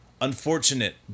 Unfortunate